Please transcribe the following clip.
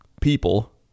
people